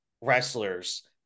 wrestlers